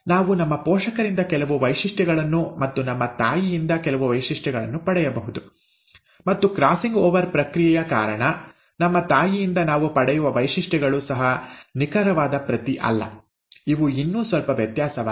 ನಾವು ನಮ್ಮ ಪೋಷಕರಿಂದ ಕೆಲವು ವೈಶಿಷ್ಟ್ಯಗಳನ್ನು ಮತ್ತು ನಮ್ಮ ತಾಯಿಯಿಂದ ಕೆಲವು ವೈಶಿಷ್ಟ್ಯಗಳನ್ನು ಪಡೆಯಬಹುದು ಮತ್ತು ಕ್ರಾಸಿಂಗ್ ಓವರ್ ಪ್ರಕ್ರಿಯೆಯ ಕಾರಣ ನಮ್ಮ ತಾಯಿಯಿಂದ ನಾವು ಪಡೆಯುವ ವೈಶಿಷ್ಟ್ಯಗಳು ಸಹ ನಿಖರವಾದ ಪ್ರತಿ ಅಲ್ಲ ಇವು ಇನ್ನೂ ಸ್ವಲ್ಪ ವ್ಯತ್ಯಾಸವಾಗಿವೆ